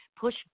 push